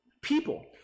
people